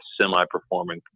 semi-performing